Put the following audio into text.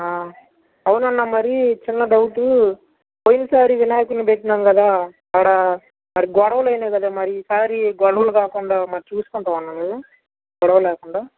అవునన్నా మరీ చిన్న డౌటు పోయినసారి వినాయకుని పెట్టినాము కదా అక్కడ గొడవలు అయినాయి కదా మరి ఈసారి గొడవలు కాకుండా మరి చూసుకుంటావా అన్న నువ్వు గొడవ లేకుండా